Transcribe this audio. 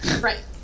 Right